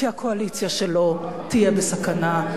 כי הקואליציה שלו תהיה בסכנה.